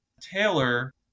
Taylor